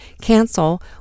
cancel